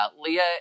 Leah